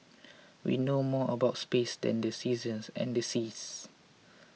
we know more about space than the seasons and the seas